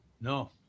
no